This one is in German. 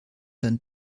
dann